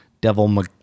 Devil